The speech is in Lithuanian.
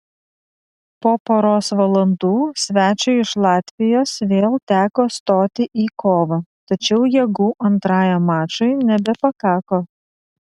po poros valandų svečiui iš latvijos vėl teko stoti į kovą tačiau jėgų antrajam mačui nebepakako